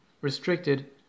restricted